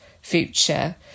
future